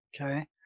okay